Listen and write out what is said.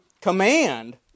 command